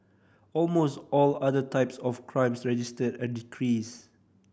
almost all other types of crimes registered a decrease